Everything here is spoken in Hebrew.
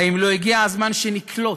האם לא הגיע הזמן שנקלוט,